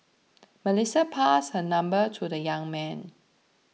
Melissa passed her number to the young man